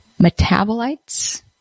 metabolites